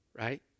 right